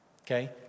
Okay